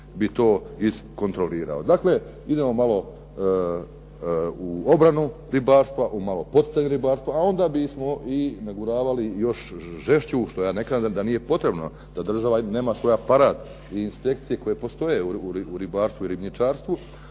bi to iskontrolirao. Dakle, idemo malo u obranu ribarstva, u malo poticanju ribarstva, a onda bismo i naguravali još žešću, što ja ne kažem da nije potrebno da država nema svoj aparat i inspekcije koje postoje u ribarstvu i ribnjačarstvu,